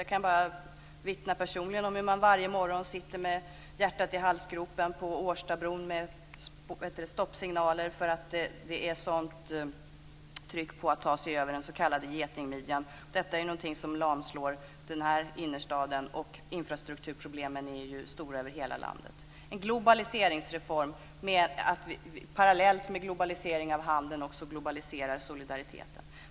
Jag kan personligen bara vittna om hur man varje morgon sitter med hjärtat i halsgropen på Årstabron med alla stoppsignaler för att det är ett sådant tryck att ta sig över den s.k. getingmidjan. Detta är någonting som lamslår den här innerstaden, och infrastrukturproblemen är stora över hela landet. Det behövs en globaliseringsreform så att vi parallellt med globaliseringen av handeln också globaliserar solidariteten.